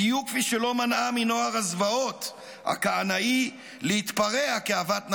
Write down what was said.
בדיוק כפי שלא מנעה מנוער הזוועות הכהנאי להתפרע כאוות נפשו.